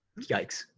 Yikes